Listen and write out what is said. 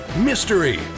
mystery